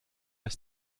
ist